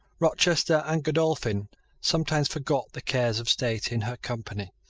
rochester and godolphin sometimes forgot the cares of state in her company.